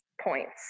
points